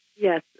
Yes